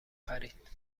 خرید